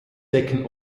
decken